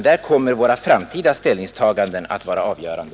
Där kommer våra framtida överväganden och ställningstaganden att vara avgörande.